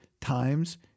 times